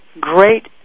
great